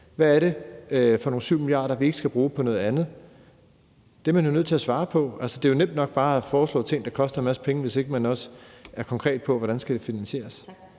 Hvad er det for nogle 7 mia. kr., vi ikke skal bruge på noget andet? Det er man jo nødt til at svare på. Det er nemt nok bare at foreslå ting, der koster en masse penge, hvis ikke man også er konkret på, hvordan det skal finansieres.